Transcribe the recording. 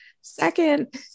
second